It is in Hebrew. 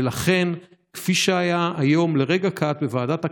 ולכן, כפי שהיה היום לרגע קט בוועדת הכנסת,